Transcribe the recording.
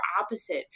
opposite